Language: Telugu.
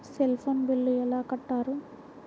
సెల్ ఫోన్ బిల్లు ఎలా కట్టారు?